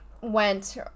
went